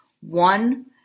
One